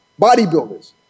bodybuilders